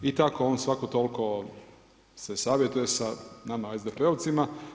I tako on svako toliko se savjetuje sa nama SDP-ovcima.